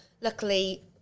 Luckily